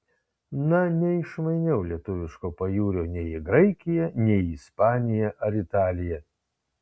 na neišmainiau lietuviško pajūrio nei į graikiją nei į ispaniją ar italiją